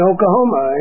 Oklahoma